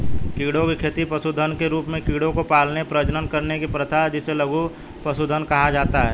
कीड़ों की खेती पशुधन के रूप में कीड़ों को पालने, प्रजनन करने की प्रथा जिसे लघु पशुधन कहा जाता है